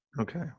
okay